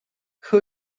who